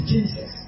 Jesus